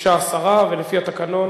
ביקשה השרה, ולפי התקנון